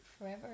forever